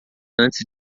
antes